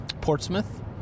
Portsmouth